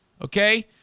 Okay